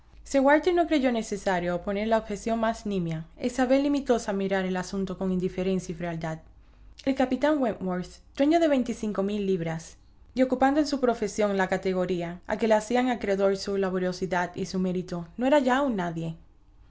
walter no creyó necesario oponer la objeción más nimia e isabel limitóse a mirar el asunto con indiferencia y frialdad el capitán wentworth dueño de veinticinco mil libras y ocupando en su profesión la categoría a que le hacían acreedor su laboriosidad y su mérito no era ya un nadie